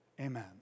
Amen